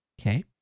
Okay